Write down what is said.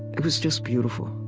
it was just beautiful,